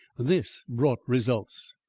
this brought results.